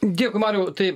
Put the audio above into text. dėkui mariau tai